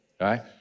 right